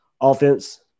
offense